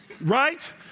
right